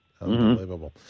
Unbelievable